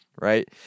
right